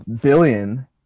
billion